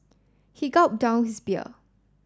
he gulped down his beer